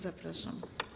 Zapraszam.